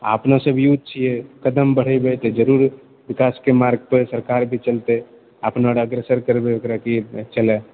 आ अपना सब यूथ छिऐ कदम बढ़ेबै तऽ जरुर विकासके मार्ग पर सरकार भी चलतै अपना आर अग्रसर करबै ओकरा कि चलए